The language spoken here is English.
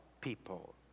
people